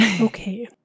Okay